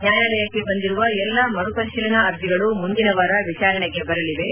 ನ್ಲಾಯಾಲಯಕ್ಕೆ ಬಂದಿರುವ ಎಲ್ಲಾ ಮರುಪರಿಶೀಲನ ಅರ್ಜಿಗಳು ಮುಂದಿನ ವಾರ ವಿಚಾರಣೆಗೆ ಬರಲಿವೆ